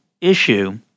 issue